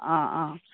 ꯑꯥ ꯑꯥ